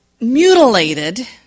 mutilated